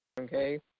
Okay